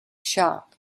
shop